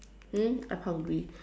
hmm I'm hungry